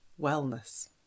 wellness